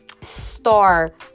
Star